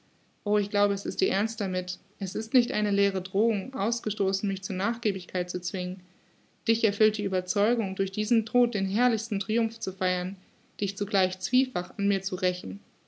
o ich glaube es ist dir ernst damit es ist nicht eine leere drohung ausgestoßen mich zur nachgiebigkeit zu zwingen dich erfüllt die ueberzeugung durch diesen tod den herrlichsten triumph zu feiern dich zugleich zwiefach an mir zu rächen